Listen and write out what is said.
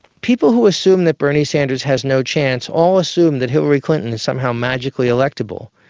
people who assume that bernie sanders has no chance all assume that hillary clinton is somehow magically electable,